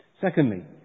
Secondly